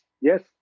yes